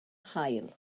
haul